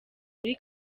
muri